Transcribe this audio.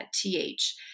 TH